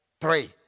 Three